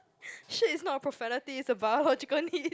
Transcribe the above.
shit is not a profanity is a biological need